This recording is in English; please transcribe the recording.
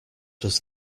does